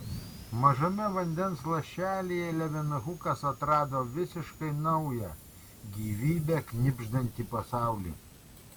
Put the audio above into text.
mažame vandens lašelyje levenhukas atrado visiškai naują gyvybe knibždantį pasaulį